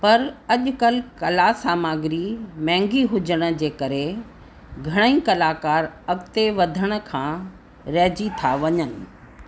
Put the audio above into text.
पर अॼुकल्ह कला सामग्री महांॻी हुजण जे करे घणेई कलाकार अॻते वधण खां रहिजी था वञनि